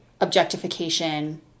objectification